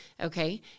Okay